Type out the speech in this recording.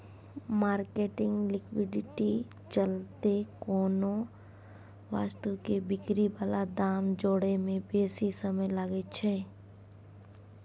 marketing liquidity चलते कोनो वस्तु के बिक्री बला दाम जोड़य में बेशी समय लागइ छइ